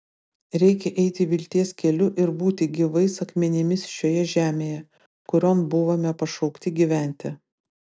reikia eiti vilties keliu ir būti gyvais akmenimis šioje žemėje kurion buvome pašaukti gyventi